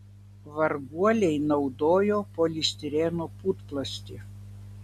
varguoliai naudojo polistireno putplastį